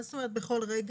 מה זאת אומרת בכל רגע?